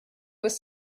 was